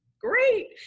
great